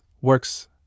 works